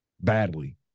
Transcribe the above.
badly